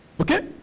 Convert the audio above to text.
Okay